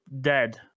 dead